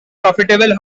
profitable